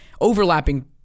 overlapping